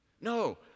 No